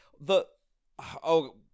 the—oh